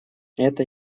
это